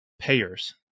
payers